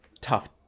tough